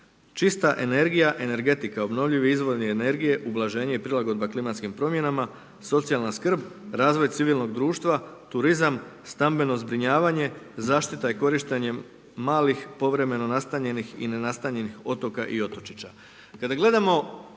čista energija, energetika, obnovljivi izvori energije, ublaženje i prilagodba klimatskim promjenama, socijalna skrb, razvoj civilnog društva, turizam, stambeno zbrinjavanje, zaštita i korištenje malih povremeno nastanjenih i nenastanjenih otoka i otočića.